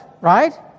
right